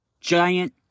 giant